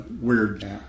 weird